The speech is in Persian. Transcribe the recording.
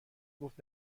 گفت